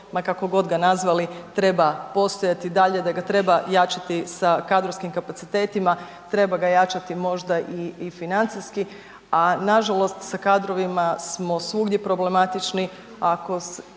kako god ga nazvali, treba postojati i dalje, da ga treba jačati sa kadrovskim kapacitetima, treba ga jačati možda i, i financijski, a nažalost sa kadrovima smo svugdje problematični, ako je